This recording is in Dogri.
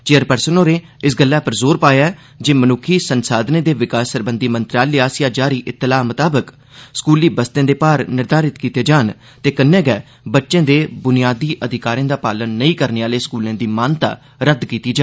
चेयरपर्सन होरें इस गल्लै पर ज़ोर पाया जे मन्क्खी संसाधनें दे विकास सरबंधी मंत्रालय आस्सेया जारी इत्तलाह मताबक स्कूली बस्तें दे भार निर्धारित कीते जान ते कन्नै गै बच्चें दे बुनियादी अधिकारें दा पालन नेईं करने आले स्कूलें दी मानता रद्द कीती जा